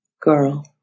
Girl